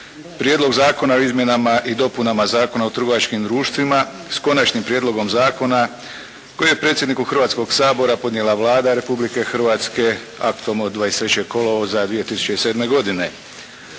Prijedlog zakona o izmjenama i dopunama Zakona o trgovačkim društvima s konačnim prijedlogom zakona koji je predsjedniku Hrvatskog sabora podnijela Vlada Republike Hrvatske aktom od 23. kolovoza 2007. godine.